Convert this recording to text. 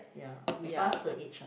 ya we pass the age ah